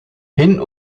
hin